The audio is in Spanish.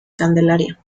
candelaria